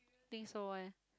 think so eh